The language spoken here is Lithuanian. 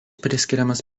priskiriamas